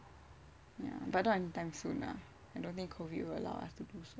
ya but not anytime soon ah I don't think COVID will allow us to go soon